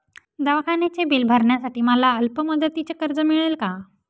दवाखान्याचे बिल भरण्यासाठी मला अल्पमुदतीचे कर्ज मिळेल का?